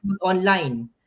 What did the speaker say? online